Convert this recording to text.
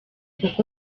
kuko